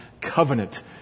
covenant